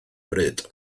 bryd